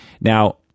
Now